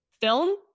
film